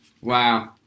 Wow